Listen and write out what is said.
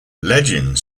legend